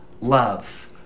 love